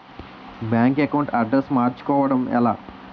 Bank account address మార్చుకోవడం ఎలా?